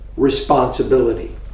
responsibility